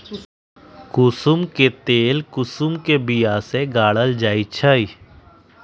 कुशुम के तेल कुशुम के बिया से गारल जाइ छइ